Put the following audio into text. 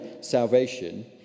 salvation